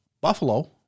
Buffalo